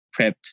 prepped